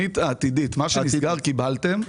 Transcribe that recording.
מה שנסגר קיבלתם.